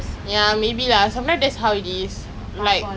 anything related to my course lah obviously right